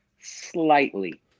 slightly